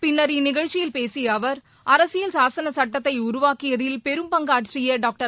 பின்னா் இந்நிகழ்ச்சியில் பேசிய அவா் அரசியல் சாசன சட்டத்தை உருவாக்கியதில் பெரும் பங்காற்றிய டாக்டர்